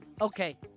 okay